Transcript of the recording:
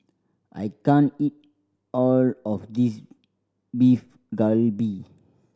I can't eat all of this Beef Galbi